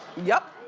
yup.